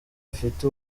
afite